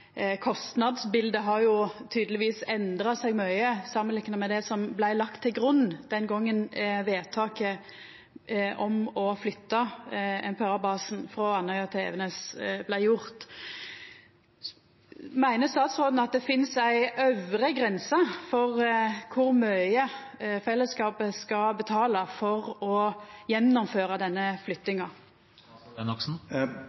kostnadsbildet har tydelegvis endra seg mykje samanlikna med det som blei lagt til grunn den gongen vedtaket om å flytta MPA-basen frå Andøya til Evenes blei gjort. Meiner statsråden at det finst ei øvre grense for kor mykje fellesskapet skal betala for å gjennomføra denne